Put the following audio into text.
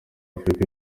afurika